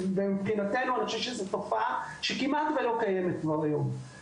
אני חושב שזו תופעה שכמעט ולא קיימת כבר היום.